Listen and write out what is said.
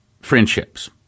friendships